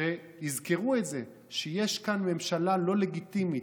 שיזכרו את זה שיש כאן ממשלה לא לגיטימית.